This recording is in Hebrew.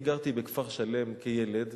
אני גרתי בכפר-שלם כילד,